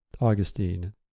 Augustine